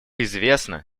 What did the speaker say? известно